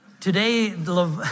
Today